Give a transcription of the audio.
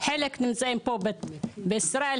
חלק נמצאים פה בישראל,